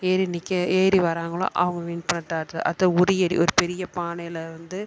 ஏறி நிற்க ஏறி வராங்களோ அவங்க வின் பண்ணிட்டால் அடுத்தது அடுத்தது உறியடி ஒரு பெரிய பானையில் வந்து